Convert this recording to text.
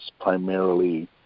primarily